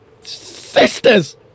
sisters